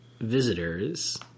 visitors